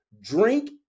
drink